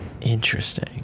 Interesting